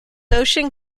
ocean